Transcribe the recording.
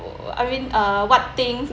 I mean uh what things